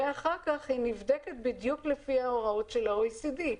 ואחר כך היא נבדקת בדיוק לפי ההוראות של ה-OECD.